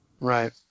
Right